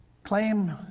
claim